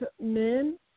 men